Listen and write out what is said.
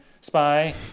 spy